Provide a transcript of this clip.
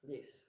Yes